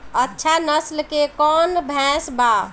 अच्छा नस्ल के कौन भैंस बा?